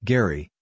Gary